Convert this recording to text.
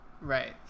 Right